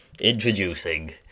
Introducing